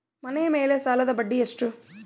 ಮನೆ ಮೇಲೆ ಸಾಲದ ಬಡ್ಡಿ ಎಷ್ಟು?